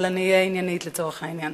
אבל אני אהיה עניינית, לצורך העניין.